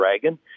Dragon